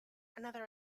another